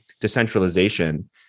decentralization